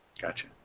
Gotcha